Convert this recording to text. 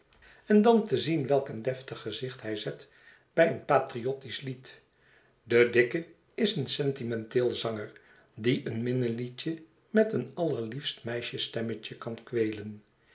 en dan te zien welk een deftig gezicht hij zet bij een patriottisch lied de dikke is een sentimenteel zanger die een minneliedje met een allerliefst meisjesstemmetje kan kweelen